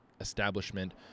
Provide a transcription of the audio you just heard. establishment